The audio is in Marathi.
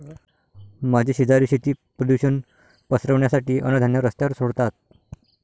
माझे शेजारी शेती प्रदूषण पसरवण्यासाठी अन्नधान्य रस्त्यावर सोडतात